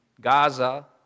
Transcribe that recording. Gaza